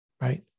right